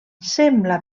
sembla